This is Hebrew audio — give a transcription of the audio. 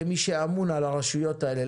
כמי שאמון על הרשויות האלה,